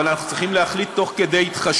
אבל אנחנו צריכים להחליט מתוך התחשבות